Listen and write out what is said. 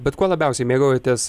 bet kuo labiausiai mėgaujatės